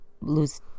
lose